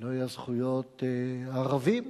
ולא היה זכויות ערבים,